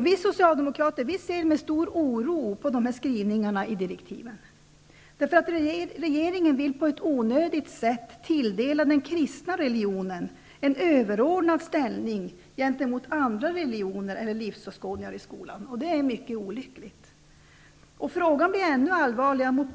Vi socialdemokrater ser med stor oro på dessa skrivningar i regeringens läroplansdirektiv. Regeringen vill på ett onödigt sätt tilldela den kristna religionen en överordnad ställning gentemot andra religioner eller livsåskådningar i skolan. Det är mycket olyckligt. Frågan blir än allvarligare mot